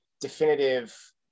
definitive